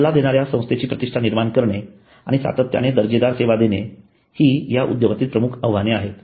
सल्ला देणाऱ्या संस्थेची प्रतिष्ठा निर्माण करणे आणि सातत्याने दर्जेदार सेवा देणे ही या उद्योगातील प्रमुख आव्हाने आहेत